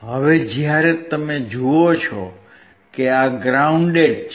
હવે જ્યારે તમે જુઓ છો કે આ ગ્રાઉન્ડેડ છે